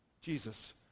Jesus